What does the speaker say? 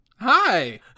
Hi